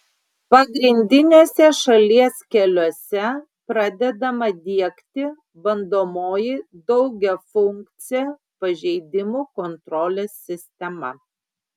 pagrindiniuose šalies keliuose pradedama diegti bandomoji daugiafunkcė pažeidimų kontrolės sistema